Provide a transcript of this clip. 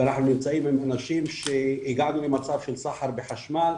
ואנחנו נמצאים עם אנשים שהגענו למצב של סחר בחשמל.